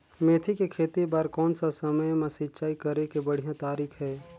मेथी के खेती बार कोन सा समय मां सिंचाई करे के बढ़िया तारीक हे?